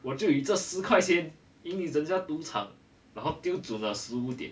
我就以这十块钱赢你整家赌场然后丢准了十五点